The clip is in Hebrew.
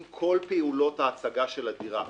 אם כל פעולות ההצגה של הדירה,